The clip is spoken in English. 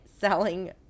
selling